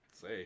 say